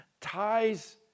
ties